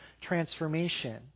transformation